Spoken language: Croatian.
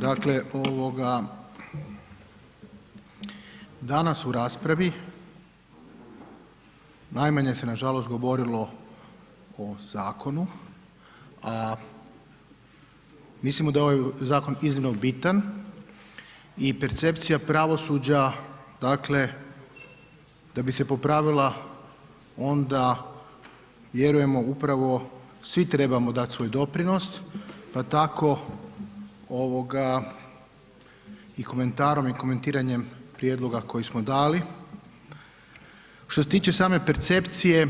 Dakle, danas u raspravi najmanje se nažalost govorilo o zakonu, a mislimo da je ovaj zakon iznimno bitan i percepcija pravosuđa dakle, da bi se popravila, onda vjerujemo upravo, svi trebamo dati svoj doprinos, pa tako i komentarom i komentiranjem prijedloga koji smo dali. što se tiče same percepcije,